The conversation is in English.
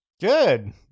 Good